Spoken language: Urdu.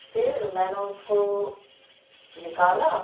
پھر میں نے اس کو نکالا